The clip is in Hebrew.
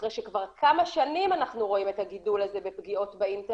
אחרי שכבר כמה שנים אנחנו רואים את הגידול הזה בפגיעות באינטרנט,